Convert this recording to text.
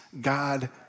God